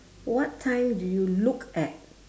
what time do you look at